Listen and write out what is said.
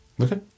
Okay